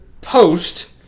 post